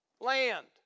land